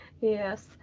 Yes